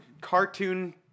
cartoon